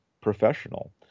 professional